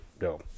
No